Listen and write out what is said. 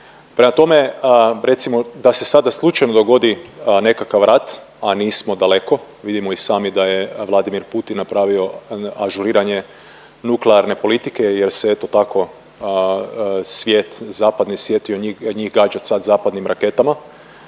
Prema tome, recimo da se sada slučajno dogodi nekakav rat, a nismo daleko, vidimo i sami da je Vladimir Putin napravio ažuriranje nuklearne politike jer se eto tako svijet, zapadni svijet njih gađa sad zapadnim raketama,